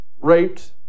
raped